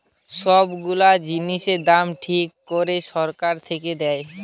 সব গুলা জিনিসের দাম ঠিক করে সরকার থেকে দেয়